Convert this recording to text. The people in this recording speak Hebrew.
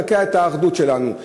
לקעקע את האחדות שלנו.